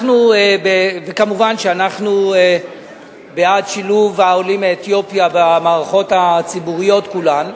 מובן שאנחנו בעד שילוב העולים מאתיופיה במערכות הציבוריות כולן,